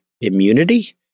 immunity